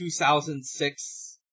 2006